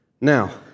Now